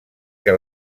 què